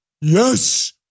Yes